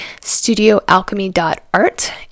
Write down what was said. studioalchemy.art